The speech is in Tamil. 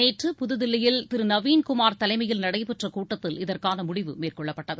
நேற்று புதுதில்லியில் திரு நவீன்குமார் தலைமயில் நடைபெற்ற கூட்டத்தில் இதற்கான முடிவு மேற்கொள்ளப்பட்டது